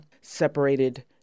separated